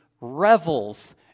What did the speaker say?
revels